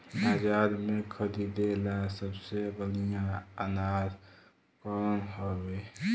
बाजार में खरदे ला सबसे बढ़ियां अनाज कवन हवे?